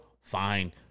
Fine